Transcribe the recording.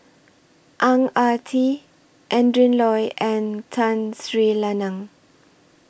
Ang Ah Tee Adrin Loi and Tun Sri Lanang